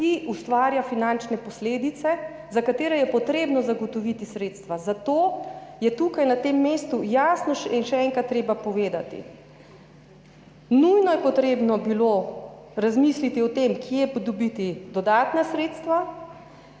ki ustvarja finančne posledice, za katere je treba zagotoviti sredstva, zato je tukaj na tem mestu jasno in še enkrat treba povedati, nujno je bilo treba razmisliti o tem, kje pridobiti dodatna sredstva.